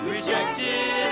Rejected